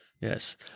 Yes